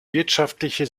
wirtschaftliche